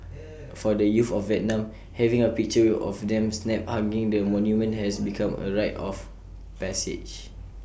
for the youth of Vietnam having A picture of them snapped hugging the monument has become A rite of passage